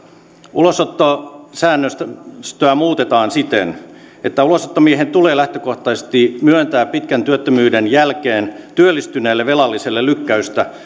ulosottosäännöstöä muutetaan siten että ulosottomiehen tulee lähtökohtaisesti myöntää pitkän työttömyyden jälkeen työllistyneelle velalliselle lykkäystä